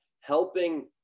helping